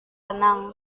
renang